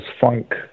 funk